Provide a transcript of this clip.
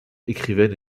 écrivaine